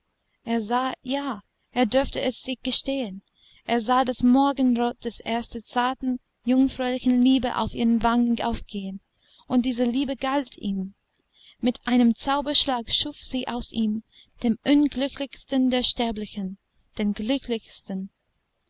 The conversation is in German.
er sah ja er durfte es sich gestehen er sah das morgenrot der ersten zarten jungfräulichen liebe auf ihren wangen aufgehen und diese liebe galt ihm mit einem zauberschlag schuf sie aus ihm dem unglücklichsten der sterblichen den glücklichsten